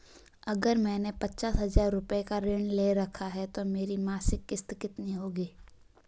अगर मैंने पचास हज़ार रूपये का ऋण ले रखा है तो मेरी मासिक किश्त कितनी होगी?